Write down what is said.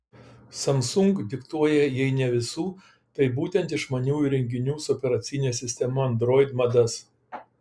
samsung diktuoja jei ne visų tai būtent išmaniųjų įrenginių su operacine sistema android madas